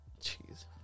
Jeez